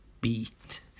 beat